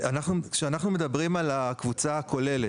כשאנחנו מדברים על הקבוצה הכוללת,